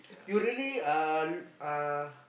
you really uh l~ uh